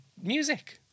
music